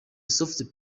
soft